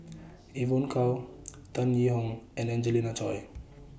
Evon Kow Tan Yee Hong and Angelina Choy